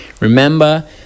remember